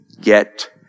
Get